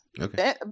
Okay